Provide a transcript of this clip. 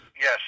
Yes